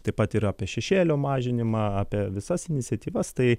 taip pat ir apie šešėlio mažinimą apie visas iniciatyvas tai